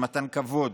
של מתן כבוד,